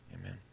Amen